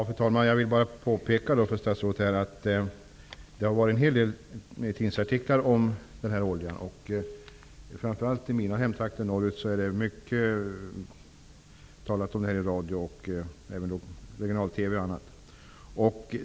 Fru talman! Jag vill bara påpeka för statsrådet att det har förekommit en hel del tidningsartiklar om denna olja. Framför allt i mina hemtrakter, som ligger norrut, har man talat mycket om problemet i bl.a. radio och TV.